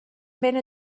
بین